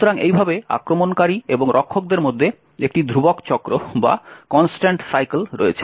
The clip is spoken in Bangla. সুতরাং এইভাবে আক্রমণকারী এবং রক্ষকদের মধ্যে একটি ধ্রুবক চক্র রয়েছে